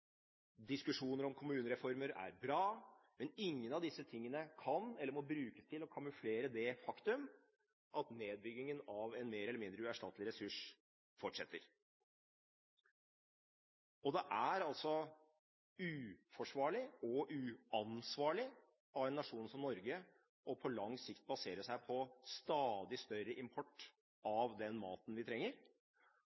diskusjoner om kommunereformer er bra, men ingen av disse tingene kan eller må brukes til å kamuflere det faktum at nedbyggingen av en mer eller mindre uerstattelig ressurs fortsetter. Og det er uforsvarlig og uansvarlig av en nasjon som Norge på lang sikt å basere seg på stadig større import